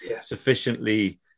sufficiently